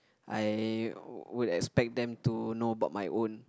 I would expect them to know about my own